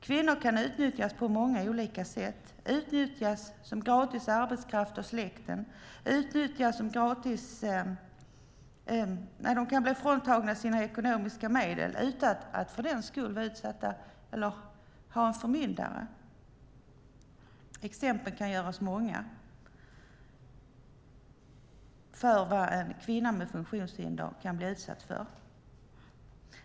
Kvinnor kan utnyttjas på många olika sätt - de kan utnyttjas som gratis arbetskraft av släkten och de kan bli fråntagna sina ekonomiska medel utan att för den skull ha en förmyndare. Exemplen kan göras många när det gäller vad en kvinna med funktionshinder kan bli utsatt för.